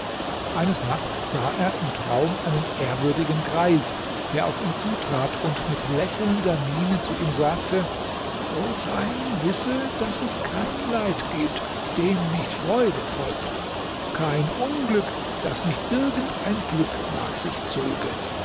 eines nachts sah er im traum einen ehrwürdigen greis der auf ihn zutrat und mit lächelnder miene zu ihm sagte o zeyn wisse daß es kein leid gibt dem nicht freude folgt kein unglück daß nicht irgend ein glück nach sich zöge